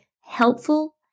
helpful